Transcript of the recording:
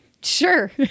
Sure